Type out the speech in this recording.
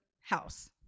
house